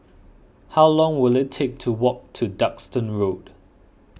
how long will it take to walk to Duxton Road